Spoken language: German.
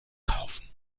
kaufen